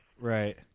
Right